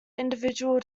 individual